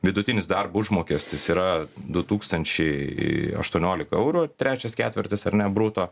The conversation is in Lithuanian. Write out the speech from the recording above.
vidutinis darbo užmokestis yra du tūkstančiai aštuoniolika eurų trečias ketvirtis ar ne bruto